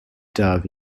dove